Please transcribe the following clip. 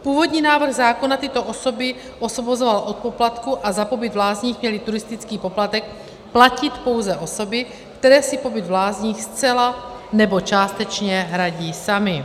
Původní návrh zákona tyto osoby osvobozoval od poplatku a za pobyt v lázních měly turistický poplatek platit pouze osoby, které si pobyt v lázních zcela nebo částečně hradí samy.